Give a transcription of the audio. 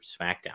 SmackDown